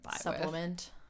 supplement